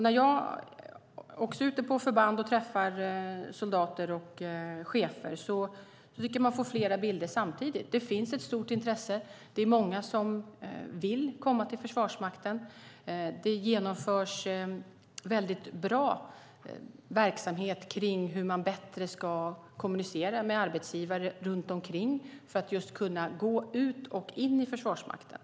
När jag är ute på förband och träffar soldater och chefer får jag flera bilder samtidigt. Det finns ett stort intresse. Det är många som vill komma till Försvarsmakten. Det genomförs väldigt bra verksamhet om hur man bättre ska kommunicera med arbetsgivare runt omkring för att de anställda ska kunna gå in och ut ur Försvarsmakten.